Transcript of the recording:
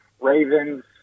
Ravens